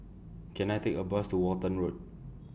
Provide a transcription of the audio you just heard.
Can I Take A Bus to Walton Road